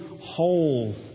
whole